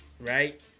Right